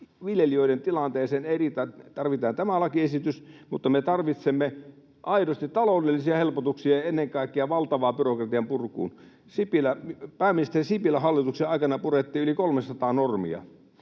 viljelijöiden tilanteeseen tämä ei riitä. Tarvitaan tämä lakiesitys, mutta me tarvitsemme aidosti taloudellisia helpotuksia ja ennen kaikkea valtavaa byrokratian purkua. Pääministeri Sipilän hallituksen aikana purettiin yli 300 normia